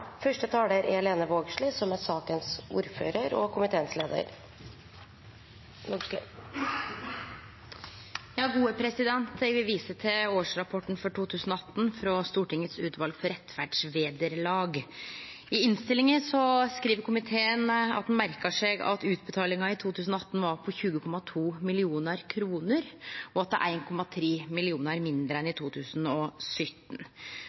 vil vise til årsrapporten for 2018 frå Stortingets utval for rettferdsvederlag. I innstillinga skriv komiteen at ein merkar seg at utbetalinga i 2018 var på 20,2 mill. kr, og at det er 1,3 mill. kr mindre enn